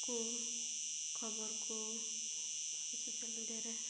ᱠᱚ ᱠᱷᱚᱵᱚᱨ ᱠᱚ ᱥᱳᱥᱟᱞ ᱢᱤᱰᱤᱭᱟ ᱨᱮ